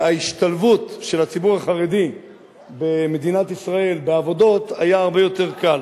ההשתלבות של הציבור החרדי במדינת ישראל בעבודות היה הרבה יותר קל.